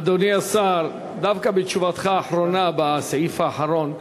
אדוני השר, דווקא תשובתך האחרונה, בסעיף האחרון,